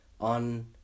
on